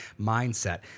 mindset